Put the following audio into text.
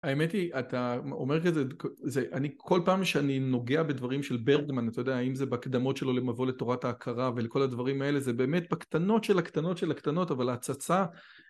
האמת היא אתה אומר כזה אני כל פעם שאני נוגע בדברים של ברגמן אתה יודע האם זה בהקדמות שלו למבוא לתורת ההכרה ולכל הדברים האלה זה באמת בקטנות של הקטנות של הקטנות אבל הצצה